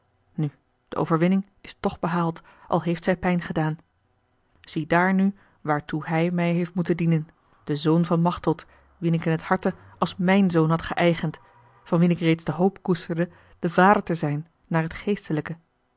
nu de overwinning is toch behaald al heeft zij pijn gedaan ziedaar nu waartoe hij mij heeft moeten dienen de zoon van machteld wien ik in t harte als mijn zoon had geëigend van wien ik reeds de hoop koesterde de vader te zijn naar het geestelijke